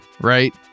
right